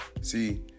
See